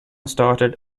started